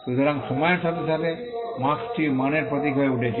সুতরাং সময়ের সাথে সাথে মার্ক্স্ টি মানের প্রতীক হয়ে উঠেছে